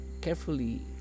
carefully